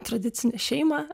tradicinę šeimą